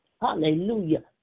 hallelujah